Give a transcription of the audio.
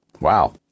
Wow